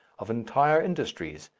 of entire industries,